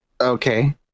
Okay